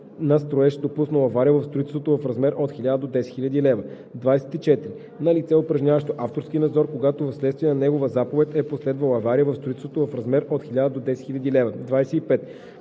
на строеж, допуснало авария в строителството – в размер от 1000 до 10 000 лв.; 24. на лице, упражняващо авторски надзор, когато в следствие на негова заповед е последвала авария в строителството – в размер от 1000 до 10 000 лв.; 25.